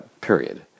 period